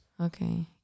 okay